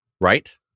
Right